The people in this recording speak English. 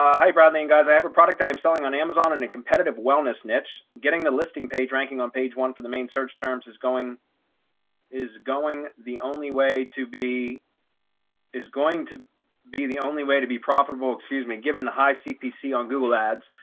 ah, hi, bradley. and guys, i have a product i'm selling on amazon and the and competitive wellness niche, getting the listing page ranking on page one for the main search terms is going is going the only way to be is going to be the only way to be profitable. excuse me, given the high cpc on google ads,